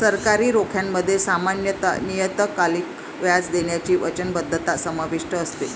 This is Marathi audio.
सरकारी रोख्यांमध्ये सामान्यत नियतकालिक व्याज देण्याची वचनबद्धता समाविष्ट असते